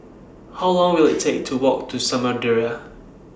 How Long Will IT Take to Walk to Samudera